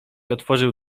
otworzył